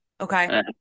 Okay